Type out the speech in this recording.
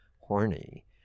horny